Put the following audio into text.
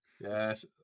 Yes